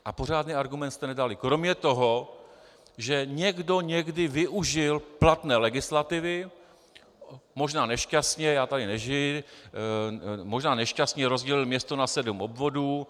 A pořádný argument jste nedali kromě toho, že někdo někdy využil platné legislativy, možná nešťastně, já tady nežiji, možná nešťastně rozdělil město na sedm obvodů.